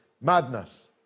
madness